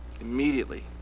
immediately